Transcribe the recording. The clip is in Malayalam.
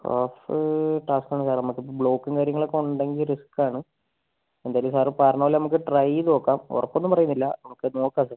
ടാക്സി ടാക്സീന്ന് കേറാൻ പറ്റും ബ്ലോക്കും കാര്യങ്ങളൊക്കെ ഉണ്ടെങ്കിൽ റിസ്ക് ആണ് എന്തായാലും സാറ് പറഞ്ഞ പോലെ നമുക്ക് ട്രൈ ചെയ്ത് നോക്കാം ഉറപ്പ് ഒന്നും പറയുന്നില്ല നമുക്ക് നോക്കാം ജസ്റ്റ്